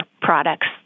products